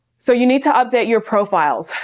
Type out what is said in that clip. so you need to update your profiles.